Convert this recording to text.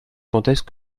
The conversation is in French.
contexte